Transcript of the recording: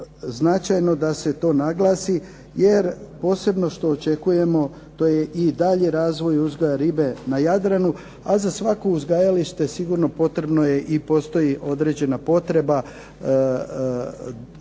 značajno da se to naglasi jer posebno što očekujemo to je i dalje razvoj uzgoja ribe na Jadranu, a za svako uzgajalište sigurno potrebno je i postoji određena potreba